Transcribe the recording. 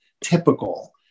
typical